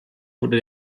wurde